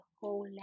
whole